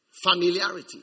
Familiarity